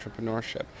entrepreneurship